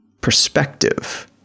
perspective